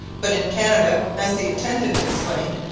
but in canada, as the intendant explained,